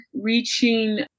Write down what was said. reaching